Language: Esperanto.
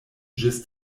ĝis